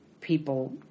people